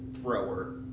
thrower